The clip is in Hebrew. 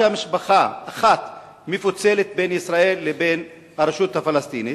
שמשפחה אחת מפוצלת בין ישראל לבין הרשות הפלסטינית.